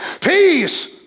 peace